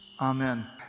Amen